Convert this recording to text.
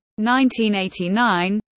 1989